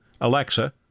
Alexa